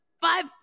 five